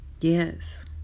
yes